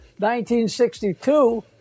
1962